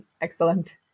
Excellent